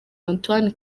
antoine